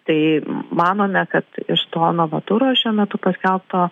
tai manome kad iš to novaturo šiuo metu paskelbto